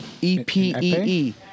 E-P-E-E